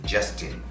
Justin